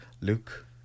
Luke